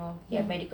mm